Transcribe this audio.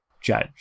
judge